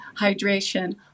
hydration